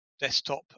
desktop